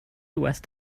west